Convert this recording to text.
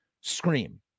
scream